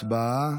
להצבעה.